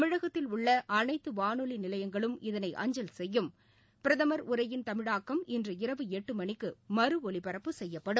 தமிழகத்தில் உள்ள அனைத்து வானொலி நிலையங்களும் இதனை அஞ்சல் செய்யும் பிரதமர் உரையின் தமிழாக்கம் இன்றிரவு எட்டு மணிக்கு மறு ஒலிபரப்பு செய்யப்படும்